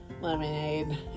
lemonade